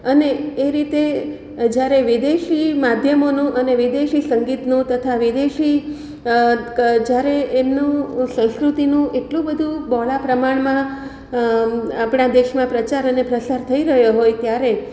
અને એ રીતે જ્યારે વિદેશી માધ્યમોનો અને વિદેશી સંગીતનો તથા વિદેશી જ્યારે એમનું સંસ્કૃતિનું એટલું બધું બહોળા પ્રમાણમાં આપણા દેશમાં પ્રચાર અને પ્રસાર થઇ રહ્યો હોય ત્યારે